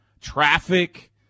traffic